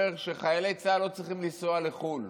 שחיילי צה"ל לא צריכים לנסוע לחו"ל